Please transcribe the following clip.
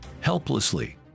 Helplessly